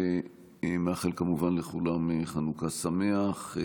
וכמובן מאחל לכולם חנוכה שמח.